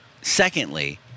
secondly